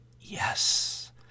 Yes